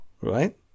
Right